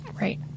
Right